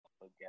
again